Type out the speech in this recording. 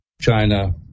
China